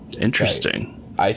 Interesting